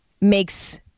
makes